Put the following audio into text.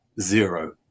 zero